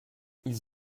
ils